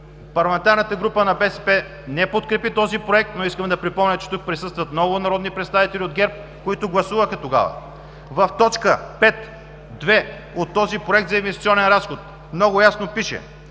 Парламентарната група на БСП не подкрепи този Проект, но искам да припомня, че тук присъстват много народни представители от ГЕРБ, които гласуваха тогава. В точка 5.2. от този Проект за инвестиционен разход много ясно пише: